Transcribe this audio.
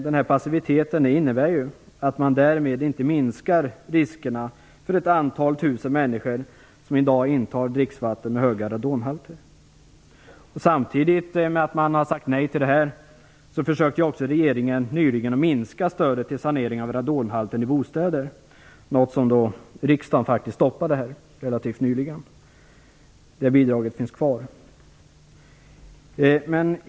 Denna passivitet innebär ju att man därmed inte minskar riskerna för ett antal tusen människor som i dag intar dricksvatten med höga radonhalter. Samtidigt med att man har sagt nej till detta försökte regeringen nyligen minska stödet till radonsanering av bostäder, något som riksdagen stoppade. Det bidraget finns alltså kvar.